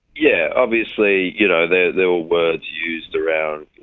yeah obviously you know there there were words used around,